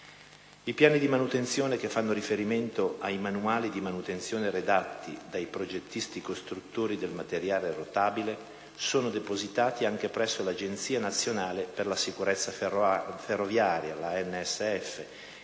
I Piani di manutenzione, che fanno riferimento ai manuali di manutenzione redatti dai progettisti/costruttori del materiale rotabile, sono depositati anche presso l'Agenzia nazionale per la sicurezza ferroviaria (ANSF),